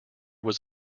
was